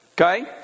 Okay